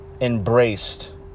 embraced